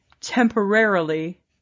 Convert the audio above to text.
temporarily